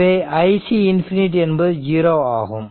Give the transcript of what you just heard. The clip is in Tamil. எனவே iC ∞ என்பது 0 ஆகும்